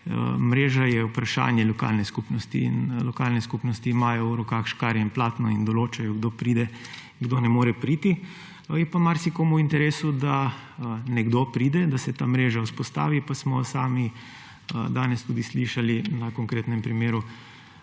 mreža je vprašanje lokalne skupnosti in lokalne skupnosti imajo v rokah škarje in platno in določajo kdo pride, kdo ne more priti. Je pa marsikomu v interesu, da nekdo pride, da se ta mreža vzpostavi. Smo pa sami danes tudi slišali na konkretnem primeru